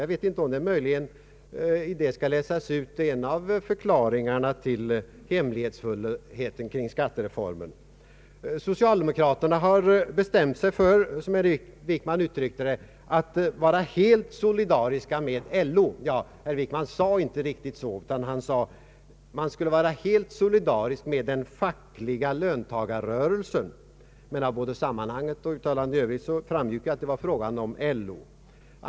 Jag vet inte om man i det möjligen kan utläsa en av förklaringarna till hemlighetssocialdemokratiska partiet fullheten om skattereformen. Socialdemokraterna har bestämt sig för att, som herr Wickman uttryckte det, vara helt solidariska med LO. Ja, herr Wickman sade inte riktigt så utan han sade att man skulle vara helt solidarisk med ”den fackliga löntagarrörelsen”. Men av både sammanhanget och uttalandet i övrigt framgick att det var fråga om LO.